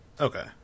okay